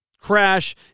crash